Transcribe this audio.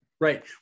Right